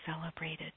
celebrated